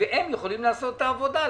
והם יכולים לעשות את העבודה.